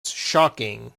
shocking